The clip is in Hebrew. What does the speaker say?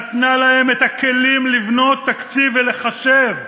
נתנה להן את הכלים לבנות תקציב ולחשב,